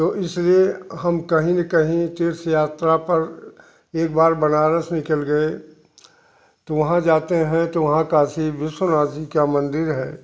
तो इसलिए हम कहीं न कहीं तीर्थयात्रा पर एक बार बनारस निकल गए तो वहाँ जाते हैं तो वहाँ काशी विश्वनाथ जी का मंदिर है